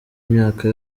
imyaka